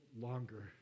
longer